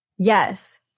yes